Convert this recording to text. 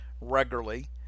regularly